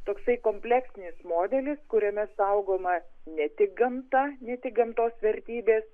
toksai kompleksinis modelis kuriame saugoma ne tik gamta ne tik gamtos vertybės